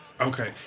Okay